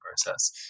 process